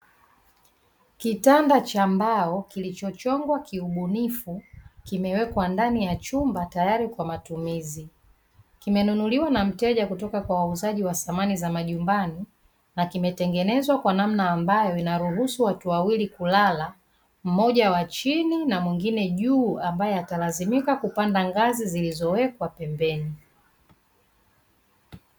Kitanda cha mbao kilichochongwa kiubunifu kimewekwa ndani ya chumba tayari kwa matumizi. Kimenunuliwa na mteja kutoka kwa wauzaji wa samani za majumbani na kimetengenezwa kwa namna ambayo kinaruhusu watu wawili kulala. Mmoja wa chini na mwingine juu ambaye atalazimika kupanda ngazi zilizowekwa pembeni.